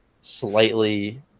slightly